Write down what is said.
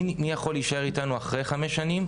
מי יכול להישאר איתנו אחרי חמש שנים?